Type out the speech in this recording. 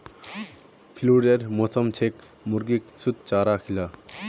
फ्लूरेर मौसम छेक मुर्गीक शुद्ध चारा खिला